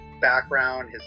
background